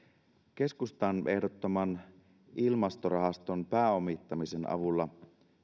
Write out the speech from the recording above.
keskustan ehdottaman ilmastorahaston pääomittamisen avulla